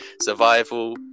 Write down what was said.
Survival